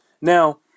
Now